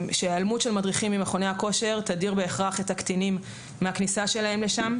שהיעלמות מדריכים ממכוני הכושר תדיר בהכרח קטינים מכניסה שלהם שם.